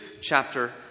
chapter